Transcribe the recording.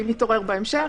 אם יתעורר בהמשך.